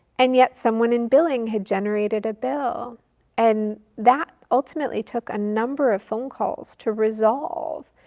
and yet someone in billing had generated a bill and that ultimately took a number of phone calls to resolve.